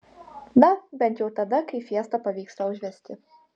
na bent jau tada kai fiesta pavyksta užvesti